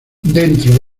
dentro